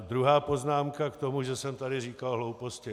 Druhá poznámka k tomu, že jsem tady říkal hlouposti.